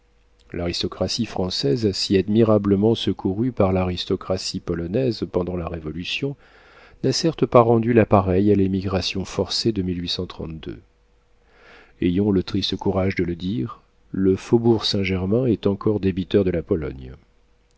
l'aristocratie française si admirablement secourue par l'aristocratie polonaise pendant la révolution n'a certes pas rendu la pareille à l'émigration forcée de ayant le triste courage de le dire le faubourg saint-germain est encore débiteur de la pologne